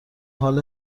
حال